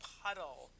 puddle